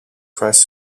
christ